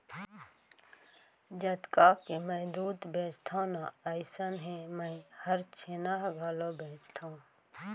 जतका के मैं दूद बेचथव ना अइसनहे मैं हर छेना घलौ बेचथॅव